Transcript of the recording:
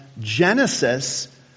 Genesis